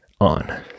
on